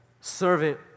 Servant